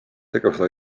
tegevused